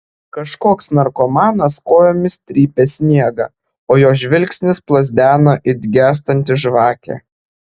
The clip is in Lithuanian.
kažkoks narkomanas kojomis trypė sniegą o jo žvilgsnis plazdeno it gęstanti žvakė